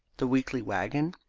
the weekly waggon!